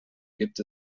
gibt